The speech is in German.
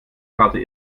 karte